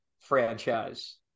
franchise